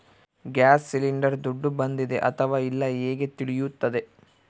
Gas cylinder ದುಡ್ಡು ಬಂದಿದೆ ಅಥವಾ ಇಲ್ಲ ಹೇಗೆ ತಿಳಿಯುತ್ತದೆ?